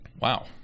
wow